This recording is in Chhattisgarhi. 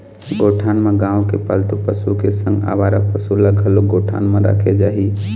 गौठान म गाँव के पालतू पशु के संग अवारा पसु ल घलोक गौठान म राखे जाही